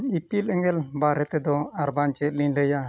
ᱤᱯᱤᱞ ᱮᱸᱜᱮᱞ ᱵᱟᱨᱮᱛᱮ ᱫᱚ ᱟᱨᱵᱟᱝ ᱪᱮᱫ ᱞᱤᱧ ᱞᱟᱹᱭᱟ